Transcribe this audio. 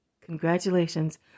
Congratulations